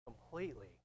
completely